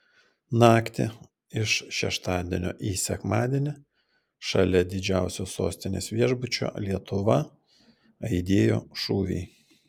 naktį iš šeštadienio į sekmadienį šalia didžiausio sostinės viešbučio lietuva aidėjo šūviai